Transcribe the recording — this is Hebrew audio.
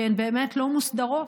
שהן באמת לא מוסדרות.